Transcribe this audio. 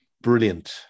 Brilliant